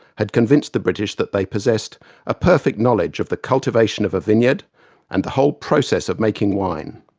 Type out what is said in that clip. had convinced the british that they possessed a perfect knowledge of the cultivation of a vineyard and the whole process of making wine.